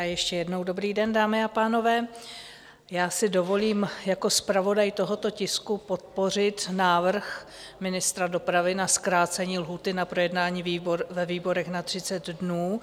Ještě jednou, dobrý den, dámy a pánové, si dovolím jako zpravodaj tohoto tisku podpořit návrh ministra dopravy na zkrácení lhůty na projednání ve výborech na 30 dnů.